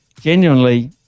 genuinely